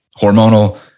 hormonal